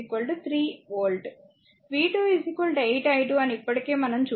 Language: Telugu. V2 8 i2 అని ఇప్పటికే మనం చూశాము